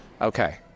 Okay